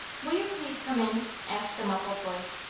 will you please come in? asked a muffled voice.